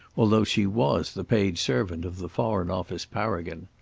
although she was the paid servant of the foreign office paragon.